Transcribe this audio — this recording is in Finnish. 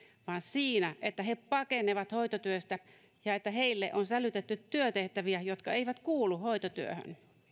vaan siinä että he pakenevat hoitotyöstä ja että heille on sälytetty työtehtäviä jotka eivät kuulu hoitotyöhön